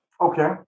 Okay